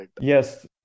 Yes